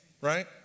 right